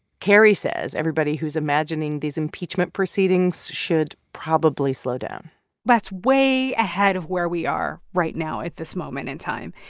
carrie says everybody who's imagining these impeachment proceedings should probably slow down that's way ahead of where we are right now at this moment in time.